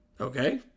Okay